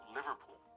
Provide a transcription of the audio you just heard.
Liverpool